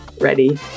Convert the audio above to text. ready